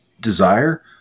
desire